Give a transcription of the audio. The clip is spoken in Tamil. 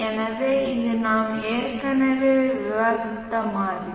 எனவே இது நாம் ஏற்கனவே விவாதித்த மாதிரி